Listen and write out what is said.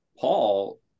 Paul